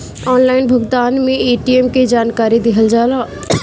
Online भुगतान में ATM के जानकारी दिहल जाला?